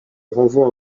renvoi